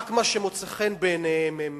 רק מה שמוצא חן בעיניהם הם